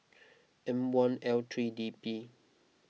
M one L three D P